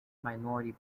minority